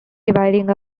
dividing